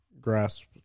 grasp